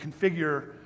configure